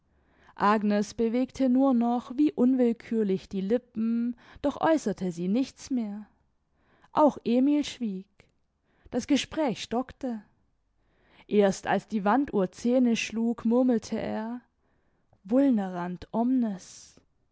agnes bewegte nur noch wie unwillkürlich die lippen doch äußerte sie nichts mehr auch emil schwieg das gespräch stockte erst als die wanduhr zehne schlug murmelte er vulnerant omnes